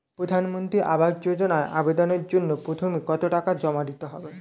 প্রধানমন্ত্রী আবাস যোজনায় আবেদনের জন্য প্রথমে কত টাকা জমা দিতে হবে?